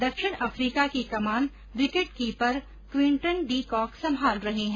दक्षिण अफ्रीका की कमान विकेट कीपर क्विंटन डीकॉक संभाल रहे है